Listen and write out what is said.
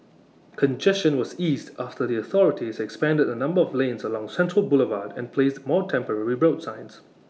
congestion was eased after the authorities expanded the number of lanes along central Boulevard and placed more temporary rebuild signs